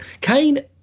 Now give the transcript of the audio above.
Kane